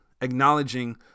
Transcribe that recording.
acknowledging